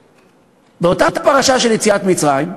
באותה פרשה של יציאת מצרים,